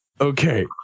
Okay